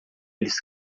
eles